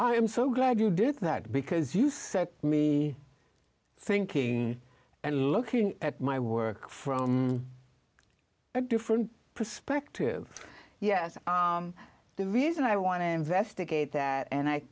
i am so glad you did that because you set me thinking and looking at my work from a different perspective yes the reason i want to investigate that and i